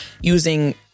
using